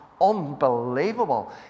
unbelievable